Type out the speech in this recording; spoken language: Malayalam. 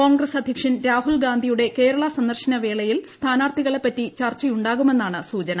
കോൺഗ്രസ് അദ്ധ്യക്ഷൻ രാഹുൽഗാന്ധിയുടെ കേരള സന്ദർശന വേളയിൽ സ്ഥാനാർത്ഥികളെപ്പറ്റി ചർച്ചയുണ്ടാകുമെന്നാണ് സൂചന